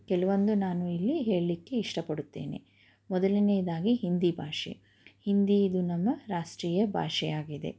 ಕೆಲವೊಂದು ನಾನು ಇಲ್ಲಿ ಹೇಳಲಿಕ್ಕೆ ಇಷ್ಟಪಡುತ್ತೇನೆ ಮೊದಲನೆಯದಾಗಿ ಹಿಂದಿ ಭಾಷೆ ಹಿಂದಿ ಇದು ನಮ್ಮ ರಾಷ್ಟ್ರೀಯ ಭಾಷೆ ಆಗಿದೆ